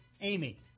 Amy